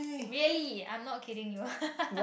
really I'm not kidding you